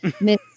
Miss